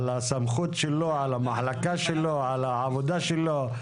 על הסמכות שלו, על המחלקה שלו, על העבודה שלו.